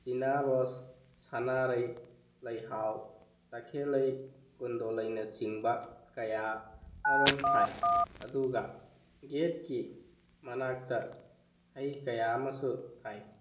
China ꯔꯣꯁ ꯁꯅꯥꯔꯩ ꯂꯩꯍꯥꯎ ꯇꯈꯦꯜꯂꯩ ꯀꯨꯟꯗꯣꯂꯩꯅꯆꯤꯡꯕ ꯀꯌꯥꯃꯔꯨꯝ ꯊꯥꯏ ꯑꯗꯨꯒ ꯒꯦꯠꯀꯤ ꯃꯅꯥꯛꯇ ꯍꯩ ꯀꯌꯥ ꯑꯃꯁꯨ ꯊꯥꯏ